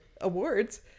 awards